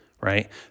right